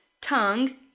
tongue